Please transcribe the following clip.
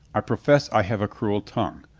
i profess i have a cruel tongue.